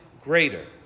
greater